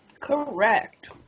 Correct